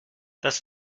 das